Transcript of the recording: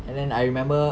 and then I remember